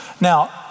Now